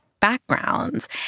Backgrounds